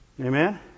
Amen